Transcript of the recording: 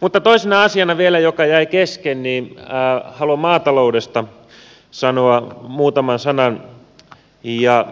mutta toisena asiana vielä joka jäi kesken haluan maataloudesta sanoa muutaman sanan ja